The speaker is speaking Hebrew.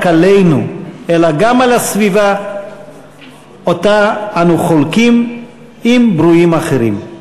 עלינו אלא גם על הסביבה שאותה אנו חולקים עם ברואים אחרים.